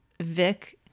vic